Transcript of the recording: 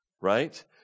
right